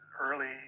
early